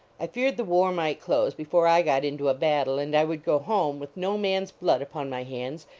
i feared the war might close before i got into a battle, and i would go home, with no man s blood upon my hands,